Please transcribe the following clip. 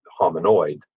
hominoid